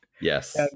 Yes